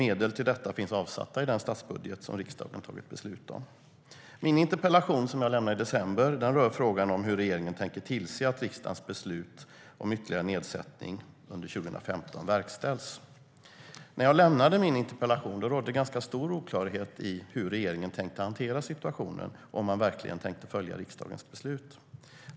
Medel till detta finns avsatta i den statsbudget som riksdagen har tagit beslut om. Min interpellation, som jag lämnade i december, rör hur regeringen tänker tillse att riksdagens beslut om ytterligare nedsättning under 2015 verkställs. När jag lämnade in min interpellation rådde ganska stor oklarhet om hur regeringen tänkte hantera situationen och om de verkligen tänkte följa riksdagens beslut.